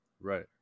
Right